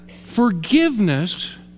forgiveness